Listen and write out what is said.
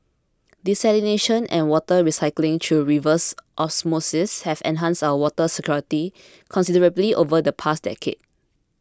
desalination and water recycling through reverse osmosis have enhanced our water security considerably over the past decade